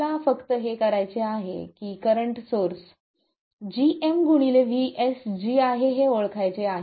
मला फक्त हे करायचे आहे की हे करंट सोर्स gm vSG आहे हे ओळखायचे आहे